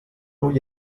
ull